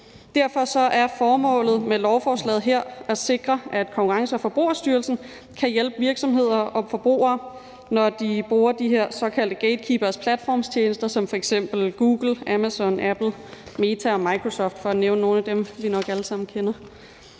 Derfor er formålet med lovforslaget her at sikre, at Konkurrence- og Forbrugerstyrelsen kan hjælpe virksomheder og forbrugere, når de bruger de her såkaldte gatekeeperes platformstjenester som f.eks. Google, Amazon, Apple, Meta og Microsoft, for at nævne nogle af dem, som vi nok alle sammen kender.